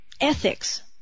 ethics